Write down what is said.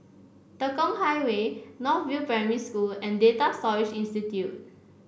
Tekong Highway North View Primary School and Data Storage Institute